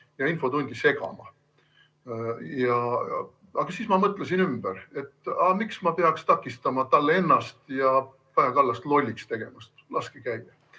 ja infotundi segama. Aga siis ma mõtlesin ümber, et miks ma peaks takistama, kui ta tahab ennast ja Kaja Kallast lolliks teha. Laske käia! Nii